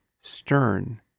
Stern